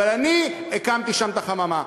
אבל אני הקמתי שם את החממה.